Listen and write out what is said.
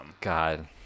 God